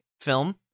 film